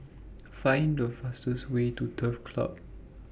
Find The fastest Way to Turf Club